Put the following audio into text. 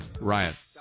riot